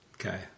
Okay